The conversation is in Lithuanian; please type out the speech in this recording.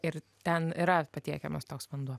ir ten yra patiekiamas toks vanduo